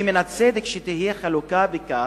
מן הצדק שתהיה חלוקה בכך,